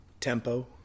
Tempo